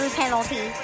penalty